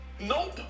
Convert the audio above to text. Nope